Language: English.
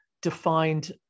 defined